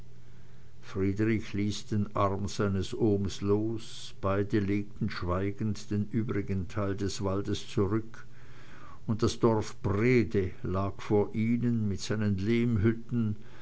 ließ den arm seines ohms los beide legten schweigend den übrigen teil des waldes zurück und das dorf brede lag vor ihnen mit seinen